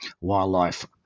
wildlife